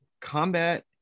combat